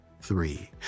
three